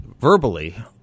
verbally